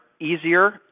easier